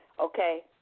Okay